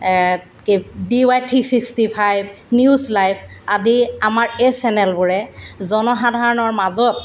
D Y three sixty five news live আদি আমাৰ এই চেনেলবোৰে জনসাধাৰণৰ মাজত